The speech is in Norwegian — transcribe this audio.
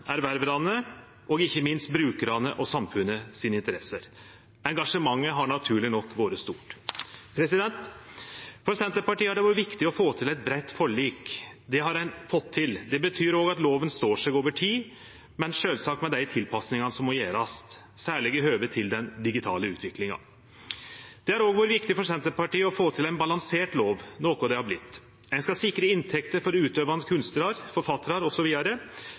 kjøparane og ikkje minst brukarane og samfunnsinteressene. Engasjementet har naturleg nok vore stort. For Senterpartiet har det vore viktig å få til eit breitt forlik. Det har ein fått til. Det betyr òg at loven står seg over tid, men sjølvsagt med dei tilpassingane som må gjerast, særleg i høve til den digitale utviklinga. Det har òg vore viktig for Senterpartiet å få til ein balansert lov, noko det har vorte. Ein skal sikre inntekter for utøvande kunstnarar, forfattarar osv. Samstundes må dette balanserast slik at det ikkje fører til unødig risiko for